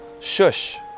shush